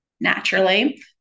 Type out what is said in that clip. naturally